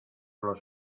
los